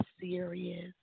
serious